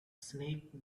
snake